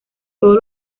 todos